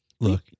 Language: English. Look